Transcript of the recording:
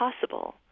possible